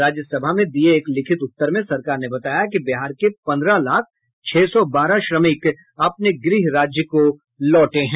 राज्यसभा में दिये एक लिखित उत्तर में सरकार ने बताया कि बिहार के पंद्रह लाख छह सौ बारह श्रमिक अपने गृह राज्य को लौटे हैं